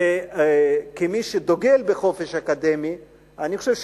וכמי שדוגל בחופש אקדמי אני חושב,